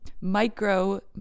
micro